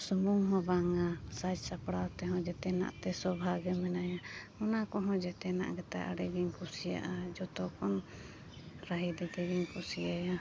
ᱥᱩᱢᱩᱝ ᱦᱚᱸ ᱵᱟᱝᱟ ᱥᱟᱡᱽ ᱥᱟᱯᱲᱟᱣ ᱛᱮᱦᱚᱸ ᱡᱚᱛᱚᱱᱟᱜ ᱛᱮ ᱥᱚᱵᱷᱟᱜᱮ ᱢᱮᱱᱟᱭᱟ ᱚᱱᱟ ᱠᱚᱦᱚᱸ ᱡᱚᱛᱚᱱᱟᱜ ᱜᱮᱛᱟᱭ ᱟᱹᱰᱤᱜᱤᱧ ᱠᱩᱥᱤᱭᱟᱜᱼᱟ ᱡᱚᱛᱚᱠᱷᱚᱱ ᱨᱟᱦᱤᱫᱤᱫᱤ ᱜᱤᱧ ᱠᱩᱥᱤᱭᱟᱭᱟ